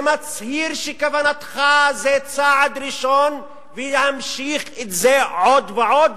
ולהצהיר שבכוונתך זה צעד ראשון ולהמשיך את זה עוד ועוד,